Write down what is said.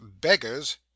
beggars